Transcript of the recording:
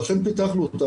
ואכן פיתחנו אותם.